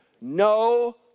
No